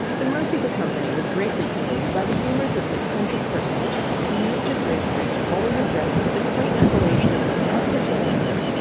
the mirth of the company was greatly promoted by the humours of an eccentric personage whom mr. bracebridge always addressed with the quaint appellation of master simon.